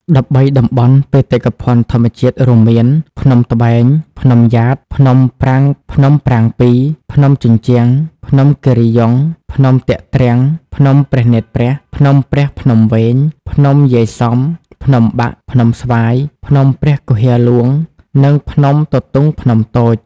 ១៣ តំបន់បេតិកភណ្ឌធម្មជាតិ រួមមាន ភ្នំត្បែង ភ្នំយ៉ាត ភ្នំប្រាំងពីរ ភ្នំជញ្ជាំង ភ្នំគិរីយង់ ភ្នំទាក់ទ្រាំង ភ្នំព្រះនេត្រព្រះ ភ្នំព្រះភ្នំវែង ភ្នំយាយសំ ភ្នំបាក់ ភ្នំស្វាយ ភ្នំព្រះគុហារហ្លួង និងភ្នំទទុងភ្នំតូច។